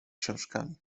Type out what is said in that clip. książkami